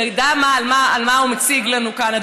ידע מה הוא מציג לנו כאן,